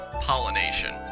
pollination